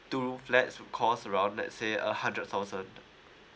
two room flats would cost around let's say a hundred thousand